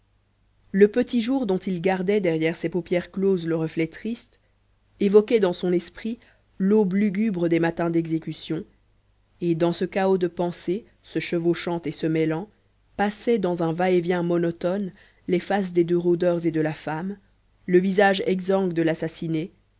le petit jour dont il gardait derrière ses paupières closes le reflet triste évoquait dans son esprit l'aube lugubre des matins d'exécution et dans ce chaos de pensées se chevauchant et se mêlant passaient dans un va-et-vient monotone les faces des deux rôdeurs et de la femme le visage exsangue de l'assassiné